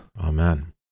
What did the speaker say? Amen